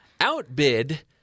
outbid